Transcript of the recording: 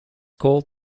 called